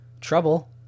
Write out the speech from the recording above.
trouble